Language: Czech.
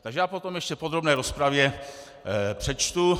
Takže já to potom ještě v podrobné rozpravě přečtu.